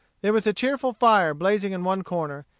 there was a cheerful fire blazing in one corner,